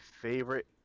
favorite